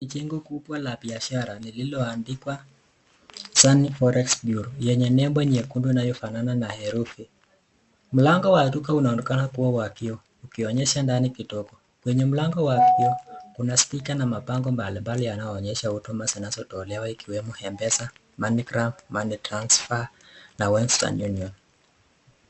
Ni jengo kubwa la biashara lillilo andikiwa (savani forest burea) lenye nebo nyekundu inayofanana na erufi. Mlango Wa duka unaonekana kuwa Wa kioo ukionesha ndani kidogo. Kwanye mlango Wa kioo Kuna stika na mabango mbalimbali yanayo onesha huduma zinazotolewa ikiwemo : mpesa (money gram , money transfer, na western union)